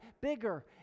bigger